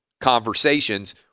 conversations